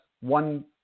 one